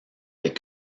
des